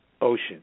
ocean